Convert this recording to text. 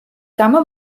გამო